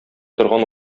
торган